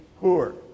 poor